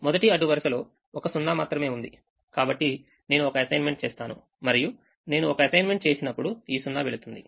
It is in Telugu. మొదటి అడ్డు వరుసలో ఒక 0 మాత్రమే ఉంది కాబట్టి నేను ఒక అసైన్మెంట్ చేస్తాను మరియు నేను ఒక అసైన్మెంట్ చేసినప్పుడు ఈ 0 వెళ్తుంది